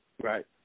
Right